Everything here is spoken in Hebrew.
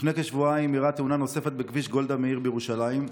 לפני כשבועיים אירעה תאונה נוספת בכביש גולדה מאיר בירושלים.